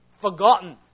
forgotten